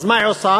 אז מה היא עושה?